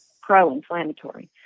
pro-inflammatory